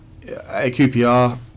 AQPR